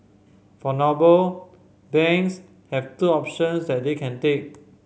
for noble banks have two options that they can take